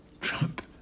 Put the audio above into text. Trump